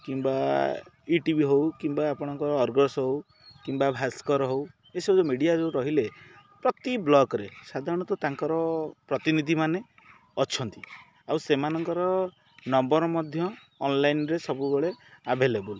କିମ୍ବା E T V ହଉ କିମ୍ବା ଆପଣଙ୍କ ଅର୍ଗସ ହଉ କିମ୍ବା ଭାସ୍କର ହଉ ଏସବୁ ଯେଉଁ ମିଡ଼ିଆ ଯେଉଁ ରହିଲେ ପ୍ରତି ବ୍ଲକ୍ରେ ସାଧାରଣତଃ ତାଙ୍କର ପ୍ରତିନିଧିମାନେ ଅଛନ୍ତି ଆଉ ସେମାନଙ୍କର ନମ୍ବର୍ ମଧ୍ୟ ଅନଲାଇନ୍ରେ ସବୁବେଳେ ଆଭେଲେବୁଲ୍